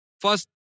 first